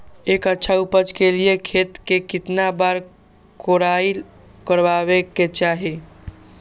एक अच्छा उपज के लिए खेत के केतना बार कओराई करबआबे के चाहि?